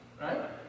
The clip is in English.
right